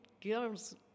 girls